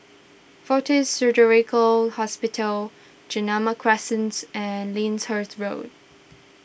fortis Surgical Hospital Guillemard Crescent and Lyndhurst Road